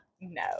no